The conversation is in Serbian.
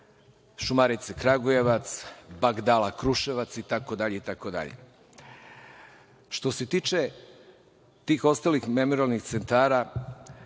"Šumarice" Kragujevac, "Bagdala" Kruševac i tako dalje. Što se tiče tih ostalih memorijalnih centara,